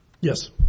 Yes